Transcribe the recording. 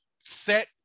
set